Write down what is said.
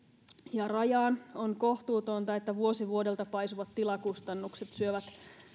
ja rajaan on kohtuutonta että vuosi vuodelta paisuvat tilakustannukset syövät